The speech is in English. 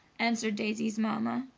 answered daisy's mamma.